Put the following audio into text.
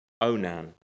Onan